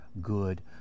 good